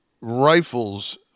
rifles